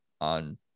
on